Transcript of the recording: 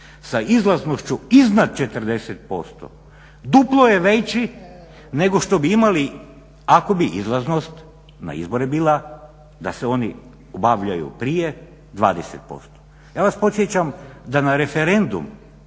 sa izlaznošću iznad 40%. Duplo je veći nego što bi imali ako bi izlaznost na izbore bila da se oni obavljaju prije 20%. Ja vas podsjećam da na referendum